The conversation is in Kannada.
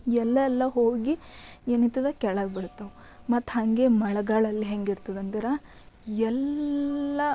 ಎಲ್ಲಎಲ್ಲ ಹೋಗಿ ಏನಿರ್ತದೆ ಕೆಳಗೆ ಬೀಳ್ತಾವೆ ಮತ್ತೆ ಹಾಗೆ ಮಳೆಗಾಲಲ್ಲಿ ಹೇಗಿರ್ತದಂದ್ರೆ ಎಲ್ಲ